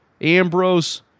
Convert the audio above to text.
Ambrose